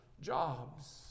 jobs